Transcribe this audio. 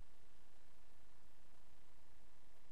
אז אני, אריה